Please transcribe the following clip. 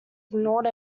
ignored